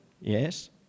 Yes